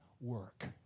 work